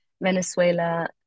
Venezuela